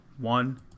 one